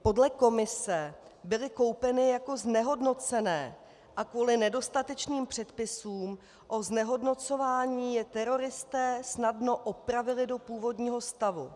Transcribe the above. Podle Komise byly koupeny jako znehodnocené a kvůli nedostatečným předpisům o znehodnocování je teroristé snadno opravili do původního stavu.